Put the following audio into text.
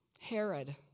Herod